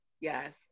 yes